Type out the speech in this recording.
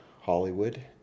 Hollywood